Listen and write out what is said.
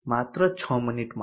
માત્ર 6 મિનિટ માટે